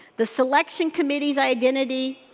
the selection committees identity,